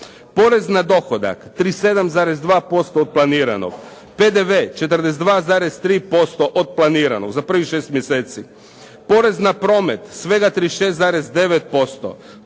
Porez na dohodak 37,2% od planiranog. PDV 42,3% od planiranog, za prvih 6 mjeseci. Porez na promet svega 36,9%.